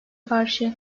karşı